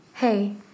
Hey